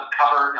cover